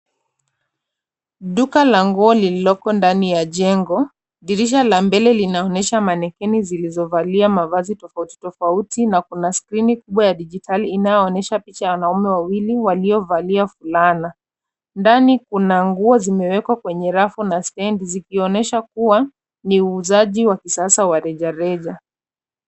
Duka la nguo lililoko ndani ya jengo, dirisha la mbele linaonyesha mannequins zilizovalia mavazi tofauti tofauti na kuna skrini kubwa ya dijitali inayoonyesha picha ya wanaume wawili waliovalia fulana. Ndani kuna nguo zimewekwa kwenye rafu na stendi zikionyesha kuwa ni uuzaji wa kisasa wa rejareja.